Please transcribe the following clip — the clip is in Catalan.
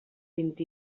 vint